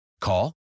Call